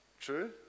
True